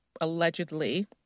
allegedly